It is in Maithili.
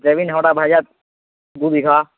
जमीन हमरा भऽ जायत दू बीघा